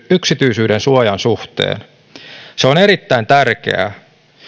yksityisyydensuojan suhteen se on erittäin tärkeää